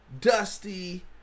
dusty